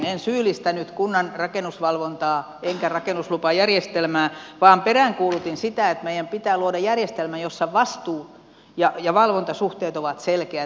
en syyllistänyt kunnan rakennusvalvontaa enkä rakennuslupajärjestelmää vaan peräänkuulutin sitä että meidän pitää luoda järjestelmä jossa vastuu ja valvontasuhteet ovat selkeät